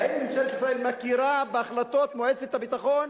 האם ממשלת ישראל מכירה בהחלטות מועצת הביטחון?